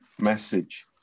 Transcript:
message